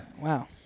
wow